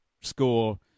score